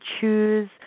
choose